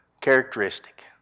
characteristic